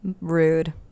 Rude